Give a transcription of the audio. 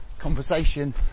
conversation